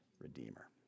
redeemer